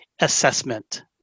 assessment